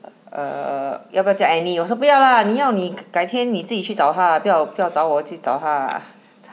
err 要不要叫 annie 我说不要啦你要你改天你自己去找她不要不要叫我去找她啊